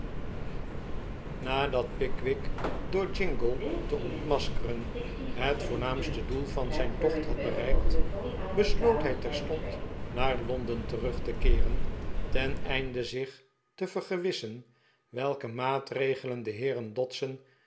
nadat pickwick door jingle te ontmaskeren het voornaamste doel van zijn tocht had bereikt besloot hij terstond naar londen terug te keeren ten einde zich te vergewissen welke maatregelen de heeren